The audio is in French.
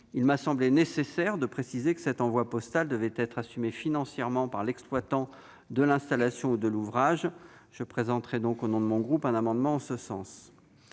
Il m'a semblé nécessaire de préciser que cet envoi postal devait être assumé financièrement par l'exploitant de l'installation ou de l'ouvrage ; au nom de mon groupe, je défendrai un amendement en ce sens.